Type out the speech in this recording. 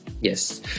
yes